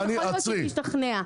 יכול להיות שהיא תשתכנע.